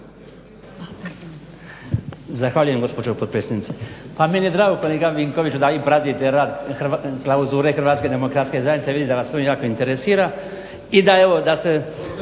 Zahvaljujem gospođo potpredsjednice. Pa meni je drago kolega Vinkoviću da vi pratite rad, klauzure Hrvatske demokratske zajednice. Vidim da vas to jako interesira i da evo, da ste